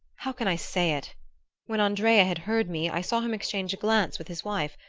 how can i say it when andrea had heard me, i saw him exchange a glance with his wife,